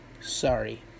Sorry